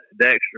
Dexter